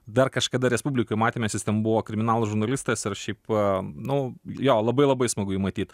dar kažkada respublikoj matėmės jis ten buvo buvo kriminalų žurnalistas ir šiaip nu jo labai labai smagu jį matyt